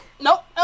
nope